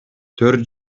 төрт